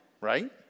right